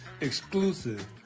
Exclusive